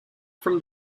from